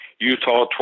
Utah